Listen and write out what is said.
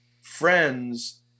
friends